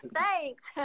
Thanks